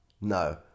No